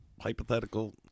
hypothetical